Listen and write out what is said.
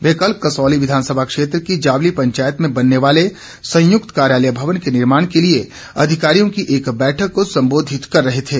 वे कल कसौली विधानसभा क्षेत्र की जावली पंचायत में बनने वाले संयुक्त कार्यालय भवन के निर्माण के लिए अधिकारियों की एक बैठक को संबोधित कर रहे थे